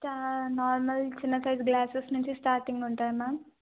normal చిన్న size glasses నుంచి starting ఉంటాయి మ్యామ్